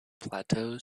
plateau